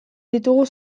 ditugu